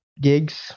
gigs